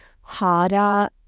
harder